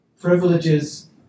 privileges